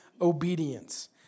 obedience